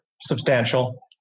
substantial